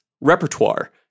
repertoire